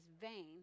vain